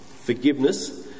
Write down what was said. forgiveness